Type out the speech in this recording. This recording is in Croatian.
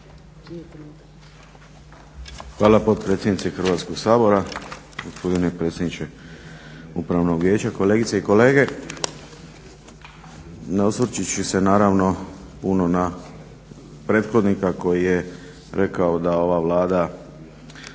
Hvala potpredsjednice Hrvatskog sabora, gospodine predsjedniče Upravnog vijeća, kolegice i kolege. Ne osvrćući se naravno puno na prethodnika koji je rekao da ova Vlada